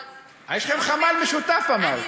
אבל, יש לכם חמ"ל משותף, אמרת.